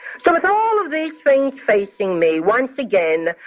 so with all of these things facing me, once again,